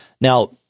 now